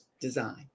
design